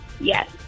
Yes